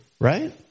right